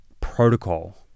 protocol